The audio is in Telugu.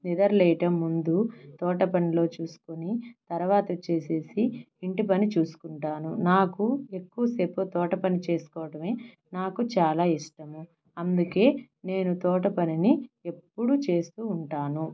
నిదరలేయటం ముందు తోట పనిలో చూసుకుని తర్వాత వచ్చేసేసి ఇంటి పని చూసుకుంటాను నాకు ఎక్కువసేపు తోట పని చేసుకోవడమే నాకు చాలా ఇష్టము అందుకే నేను తోట పనిని ఎప్పుడు చేస్తూ ఉంటాను